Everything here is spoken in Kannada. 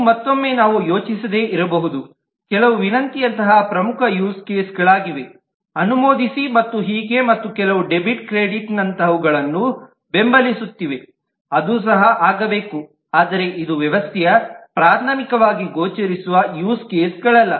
ಇದು ಮತ್ತೊಮ್ಮೆ ನಾವು ಯೋಚಿಸದೇ ಇರಬಹುದು ಕೆಲವು ವಿನಂತಿಯಂತಹ ಪ್ರಮುಖ ಯೂಸ್ ಕೇಸ್ಗಳಾಗಿವೆ ಅನುಮೋದಿಸಿ ಮತ್ತು ಹೀಗೆ ಮತ್ತು ಕೆಲವು ಡೆಬಿಟ್ ಕ್ರೆಡಿಟ್ನಂತಹವುಗಳನ್ನು ಬೆಂಬಲಿಸುತ್ತಿವೆ ಅದು ಸಹ ಆಗಬೇಕು ಆದರೆ ಇದು ವ್ಯವಸ್ಥೆಯ ಪ್ರಾಥಮಿಕವಾಗಿ ಗೋಚರಿಸುವ ಯೂಸ್ ಕೇಸ್ಗಳಲ್ಲ